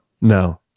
No